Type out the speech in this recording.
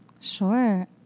Sure